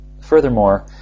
Furthermore